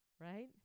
Right